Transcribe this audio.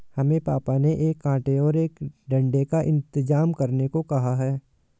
हमें पापा ने एक कांटे और एक डंडे का इंतजाम करने को कहा है